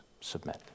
submit